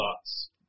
thoughts